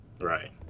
right